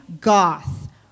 goth